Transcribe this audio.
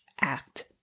act